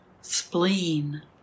spleen